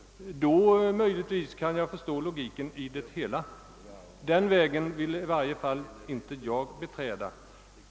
Då kan jag möjligtvis förstå logiken i hans resonemang. Den vägen vill i varje fall inte jag beträda.